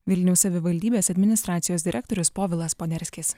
vilniaus savivaldybės administracijos direktorius povilas poderskis